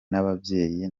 n’ababyeyi